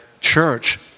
Church